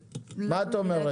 נציגת האוצר, מה את אומרת?